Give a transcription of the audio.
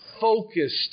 focused